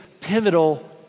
pivotal